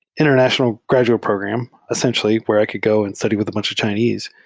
international graduate program, essentially, where i could go and study with a bunch of chinese.